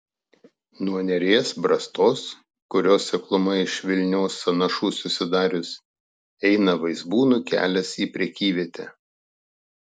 nuo neries brastos kurios sekluma iš vilnios sąnašų susidarius eina vaizbūnų kelias į prekyvietę